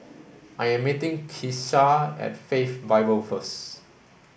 I am meeting Kisha at Faith Bible first